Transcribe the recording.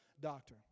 doctor